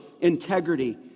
integrity